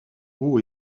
haut